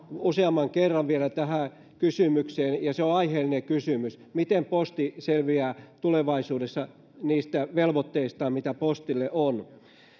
useamman kerran tähän kysymykseen ja se on aiheellinen kysymys miten posti selviää tulevaisuudessa niistä velvoitteista mitä postille on